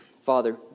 Father